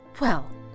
Well—